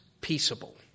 peaceable